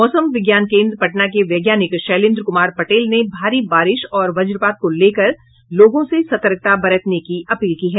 मौसम विज्ञान केन्द्र पटना के वैज्ञानिक शैलेन्द्र कुमार पटेल ने भारी बारिश और वजपात को लेकर लोगों से सतर्कता बरतने की अपील की है